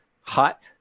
Hot